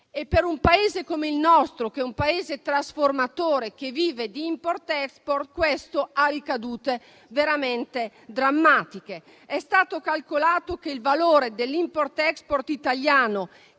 Per un Paese come il nostro, che è un Paese trasformatore e che vive di *import*-*export*, questo ha ricadute veramente drammatiche. È stato calcolato che il valore dell'*import-export* italiano